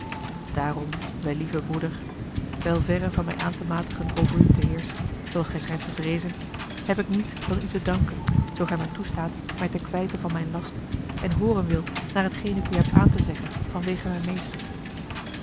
daarom wellieve broeder wel verre van mij aan te matigen over u te heerschen zooals gij schijnt te vreezen heb ik niet dan u te danken zoo gij mij toestaat mij te kwijten van mijn last en hooren wilt naar hetgeen ik u heb aan te zeggen vanwege mijn meester